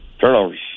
turnovers